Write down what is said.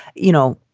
you know,